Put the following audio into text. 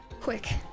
Quick